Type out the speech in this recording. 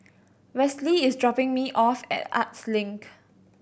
Wesley is dropping me off at Arts Link